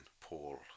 Paul